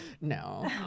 No